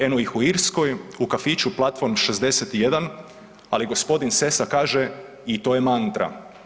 Eno ih u Irskoj u kafiću Platfon 61, ali gospodin Sessa kaže i to je mantra.